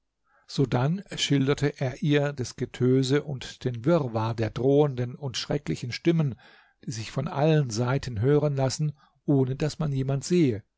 sodann schilderte er ihr des getöse und den wirrwarr der drohenden und erschrecklichen stimmen die sich von allen seiten hören lassen ohne daß man jemand sehe